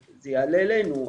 זה יעלה אלינו.